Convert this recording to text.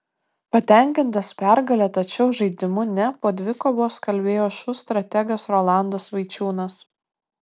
patenkintas pergale tačiau žaidimu ne po dvikovos kalbėjo šu strategas rolandas vaičiūnas